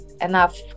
enough